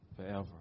forever